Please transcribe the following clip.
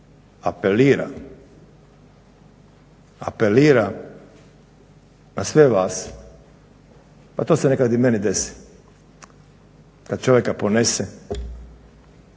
Apeliram, apeliram na sve vas pa to se nekad i meni desi kad čovjeka ponese